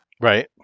Right